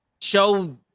Show